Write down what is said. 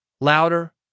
louder